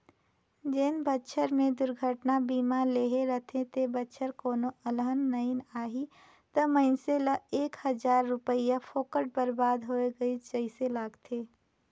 जेन बच्छर मे दुरघटना बीमा लेहे रथे ते बच्छर कोनो अलहन नइ आही त मइनसे ल एक हजार रूपिया फोकट बरबाद होय गइस जइसे लागथें